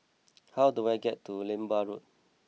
how do I get to Lembu Road